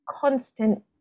constant